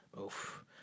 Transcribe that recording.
Oof